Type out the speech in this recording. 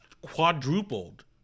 quadrupled